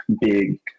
big